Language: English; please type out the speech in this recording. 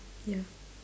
ya